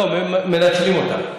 לא, מנצלים אותה.